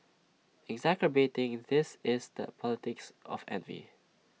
exacerbating this is the politics of envy